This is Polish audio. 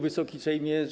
Wysoki Sejmie!